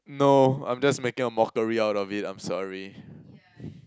no I'm just making a mockery out of it I'm sorry